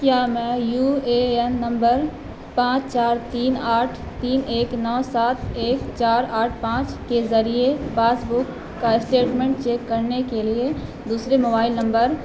کیا میں U A N number پانچ چار تین آٹھ تین ایک نو سات ایک چار آٹھ پانچ کے ذریعے پاسبک کا اسٹیٹمنٹ چیک کرنے کے لئے دوسرے موبائل نمبر